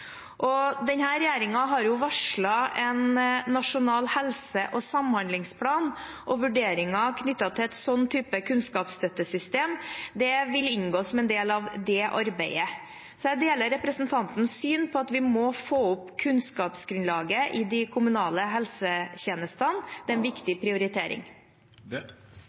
har varslet en nasjonal helse- og samhandlingsplan, og vurderinger knyttet til en sånn type kunnskapsstøttesystem vil inngå som en del av det arbeidet. Jeg deler representantens syn på at vi må få opp kunnskapsgrunnlaget i de kommunale helsetjenestene. Det er en viktig prioritering.